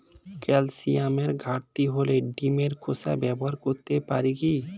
ক্যালসিয়ামের ঘাটতি হলে ডিমের খোসা ব্যবহার করতে পারি কি?